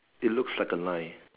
it looks like a line